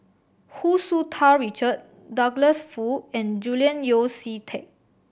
Hu Tsu Tau Richard Douglas Foo and Julian Yeo See Teck